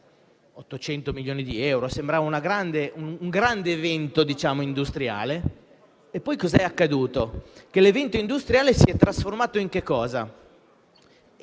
800 milioni di euro; sembrava un grande evento industriale, e poi cos'è accaduto? Che l'evento industriale si è trasformato in un quasi